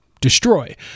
destroy